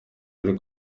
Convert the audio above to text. wari